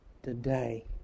today